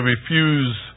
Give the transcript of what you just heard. refuse